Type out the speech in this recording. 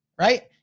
right